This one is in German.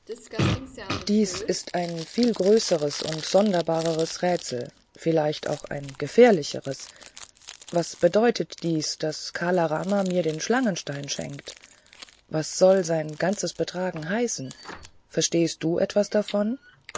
dies ist ein viel größeres und sonderbareres rätsel vielleicht auch ein gefährlicheres was bedeutet dies daß kala rama mir den schlangenstein schenkt was soll sein ganzes betragen heißen verstehst du etwas davon